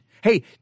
Hey